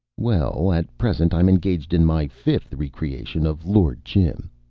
well, at present i am engaged in my fifth re-creation of lord jim.